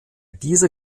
dieser